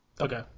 Okay